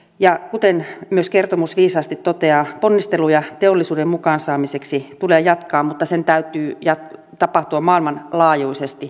ja kuten kertomus myös viisaasti toteaa ponnisteluja teollisuuden mukaan saamiseksi tulee jatkaa mutta sen täytyy tapahtua maailmanlaajuisesti siis globaalisti